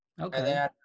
okay